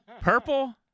Purple